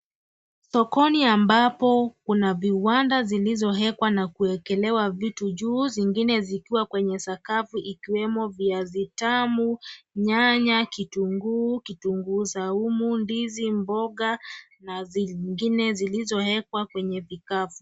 Sokoni ambapo kuna viwanda vilivyowekwa na kuekelewa vitu juu zingine zikiwa kwenye sakafu ikiwemo viazi tamu, nyanya, kitunguu, kitunguu saumu, ndizi, mboga na zingine zilizoekwa kwenye vikapu.